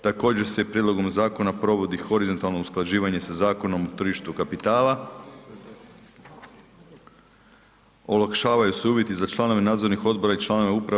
Također se prijedlogom zakona provodi horizontalno usklađivanje sa Zakonom o tržištu kapitala, olakšavaju se uvjeti za članove nadzornih odbora i članove uprave.